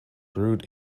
brewed